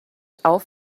auf